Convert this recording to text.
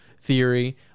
theory